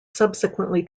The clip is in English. subsequently